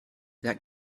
that